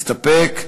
מסתפק.